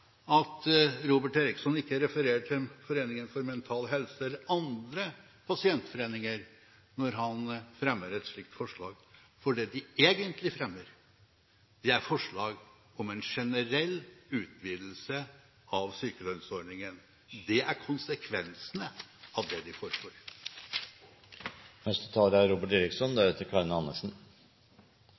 at Robert Eriksson ikke refererer til Mental Helse eller andre pasientforeninger når han fremmer et slikt forslag, for det de egentlig fremmer, er forslag om en generell utvidelse av sykelønnsordningen. Det er konsekvensene av det de foreslår. Det blir hevdet fra denne talerstolen av både representanten Andersen